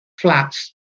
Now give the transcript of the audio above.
flats